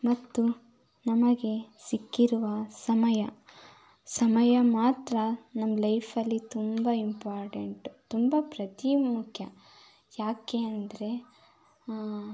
ಮತ್ತು ನಮಗೆ ಸಿಕ್ಕಿರುವ ಸಮಯ ಸಮಯ ಮಾತ್ರ ನಮ್ಮ ಲೈಫಲ್ಲಿ ತುಂಬ ಇಂಪಾರ್ಟೆಂಟ್ ತುಂಬ ಪ್ರತಿಮುಖ್ಯ ಯಾಕೆ ಅಂದರೆ